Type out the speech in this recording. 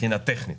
טכנית.